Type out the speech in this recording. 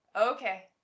Okay